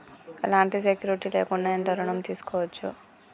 ఎలాంటి సెక్యూరిటీ లేకుండా ఎంత ఋణం తీసుకోవచ్చు?